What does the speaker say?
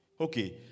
Okay